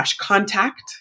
contact